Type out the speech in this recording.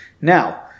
Now